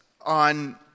on